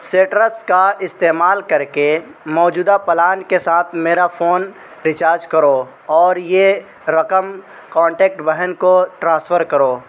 سٹرس کا استعمال کر کے موجودہ پلان کے ساتھ میرا فون ریچارج کرو اور یہ رقم قانٹیکٹ وہن کو ٹرانسفر کرو